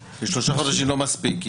שלושה חודשים זה לא מספיק.